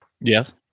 Yes